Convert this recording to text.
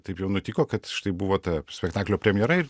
taip jau nutiko kad štai buvo ta spektaklio premjera ir